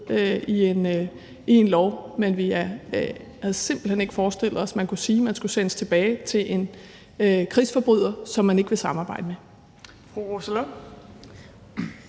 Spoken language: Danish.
i en lov, men vi havde simpelt hen ikke forestillet os, at man kunne sige, at de skulle sendes tilbage til en krigsforbryder, som man ikke vil samarbejde med.